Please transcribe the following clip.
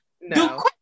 No